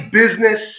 business